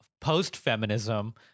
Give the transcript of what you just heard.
post-feminism